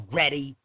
ready